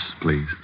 please